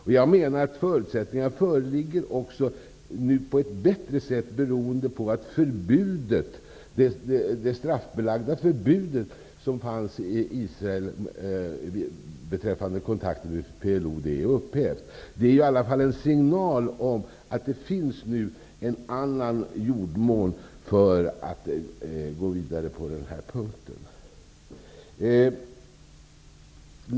Det föreligger bättre förutsättningar nu beroende på att det straffbelagda förbudet som fanns i Israel mot kontakter med PLO är upphävt. Det är i alla fall en signal om att det finns en annan jordmån för att gå vidare på den här punkten.